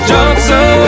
Johnson